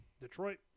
Detroit